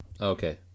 Okay